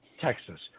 Texas